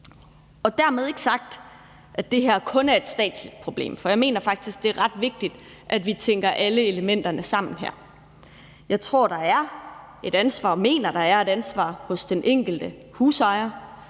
Dermed ikke sagt, at det her kun er et statsligt problem, for jeg mener faktisk, det er ret vigtigt, at vi tænker alle elementerne sammen her. Jeg mener, der er et ansvar hos den enkelte husejer,